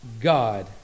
God